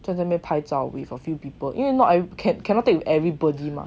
在那边拍照 with a few people 因为 not everybody cannot take everybody with everybody mah